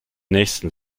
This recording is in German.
nächsten